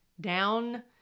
down